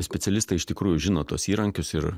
specialistai iš tikrųjų žino tuos įrankius ir